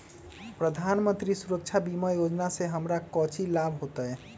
प्रधानमंत्री सुरक्षा बीमा योजना से हमरा कौचि लाभ होतय?